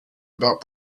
about